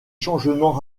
changements